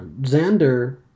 Xander